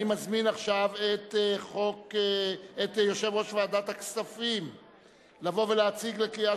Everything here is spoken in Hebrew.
אני מזמין עכשיו את יושב-ראש ועדת הכספים לבוא ולהציג לקריאה